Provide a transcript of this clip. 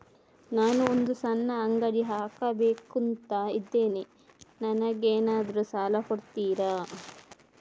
ನಾನು ಒಂದು ಸಣ್ಣ ಅಂಗಡಿ ಹಾಕಬೇಕುಂತ ಇದ್ದೇನೆ ನಂಗೇನಾದ್ರು ಸಾಲ ಕೊಡ್ತೀರಾ?